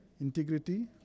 integrity